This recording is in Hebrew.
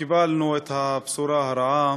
קיבלנו את הבשורה הרעה